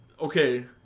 Okay